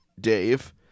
Dave